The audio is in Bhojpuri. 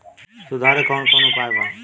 सुधार के कौन कौन उपाय वा?